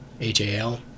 h-a-l